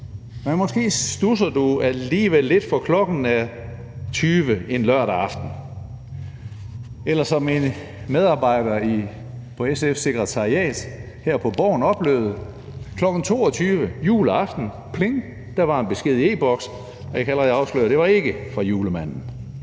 men måske studser du alligevel lidt, for klokken er 20 en lørdag aften. Det kan også være, som en medarbejder fra SF's sekretariat her på Borgen oplevede: Kl. 22.00 juleaften sagde det pling, og der var en besked i e-Boks – og jeg kan allerede afsløre, at det ikke var fra julemanden.